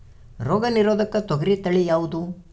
ರೋಗ ನಿರೋಧಕ ತೊಗರಿ ತಳಿ ಯಾವುದು?